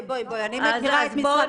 אני מכירה --- רגע,